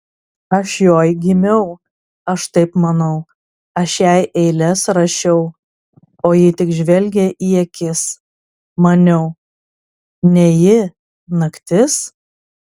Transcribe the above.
aš joj gimiau aš taip manau aš jai eiles rašiau o ji tik žvelgė į akis maniau ne ji naktis